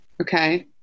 okay